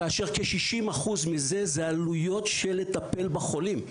כאשר כ-60% מזה זה עלויות של לטפל בחולים.